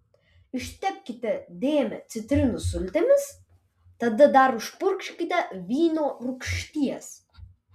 ištepkite dėmę citrinų sultimis tada dar užpurkškite vyno rūgšties